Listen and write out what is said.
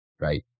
right